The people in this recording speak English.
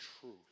truth